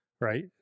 right